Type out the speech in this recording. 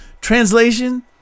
Translation